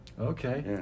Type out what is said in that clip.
Okay